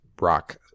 rock